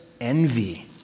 envy